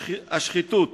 השחיתות,